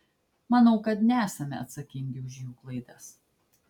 manau kad nesame atsakingi už jų klaidas